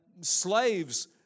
slaves